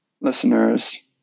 listeners